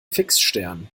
fixstern